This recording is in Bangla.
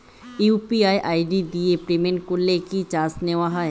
ইউ.পি.আই আই.ডি দিয়ে পেমেন্ট করলে কি চার্জ নেয়া হয়?